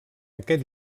aquest